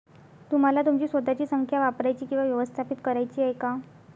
तुम्हाला तुमची स्वतःची संख्या वापरायची किंवा व्यवस्थापित करायची आहे का?